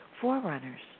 forerunners